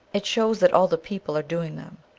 it shows that all the people are doing them.